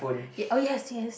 ya oh yes yes